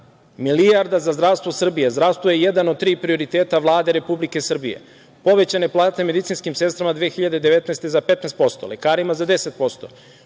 milijarda za zdravstvo Srbije. Zdravstvo je jedan od tri prioriteta Vlade Republike Srbije. Povećane plate medicinskim sestrama 2019. godine za 15%, lekarima za 10%.